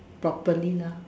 properly lah